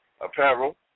Apparel